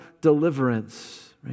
deliverance